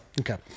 Okay